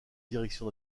direction